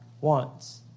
wants